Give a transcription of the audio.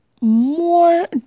more